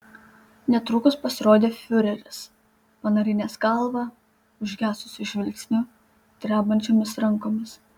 netrukus pasirodė fiureris panarinęs galvą užgesusiu žvilgsniu drebančiomis rankomis